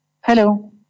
Hello